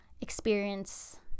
experience